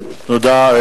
תודה.